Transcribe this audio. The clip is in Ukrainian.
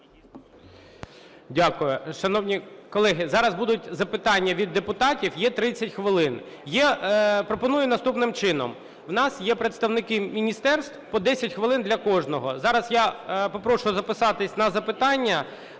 Дякую. Шановні колеги, зараз будуть запитання від депутатів. Є 30 хвилин. Я пропоную наступним чином: у нас є представники міністерств, по 10 хвилин для кожного. Зараз я попрошу записатись на запитання